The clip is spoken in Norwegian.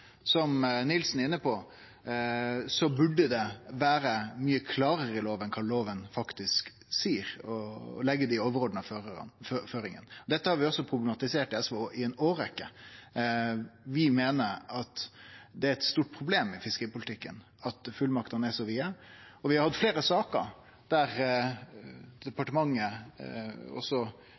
representanten Nilsen er inne på, burde det vere mykje klarare i loven kva loven faktisk seier, med tanke på å leggje dei overordna føringane. Dette har også SV problematisert i ei årrekkje. Vi meiner det er eit stort problem i fiskeripolitikken at fullmaktene er så vide. Vi har hatt fleire saker med departement, og